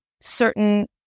certain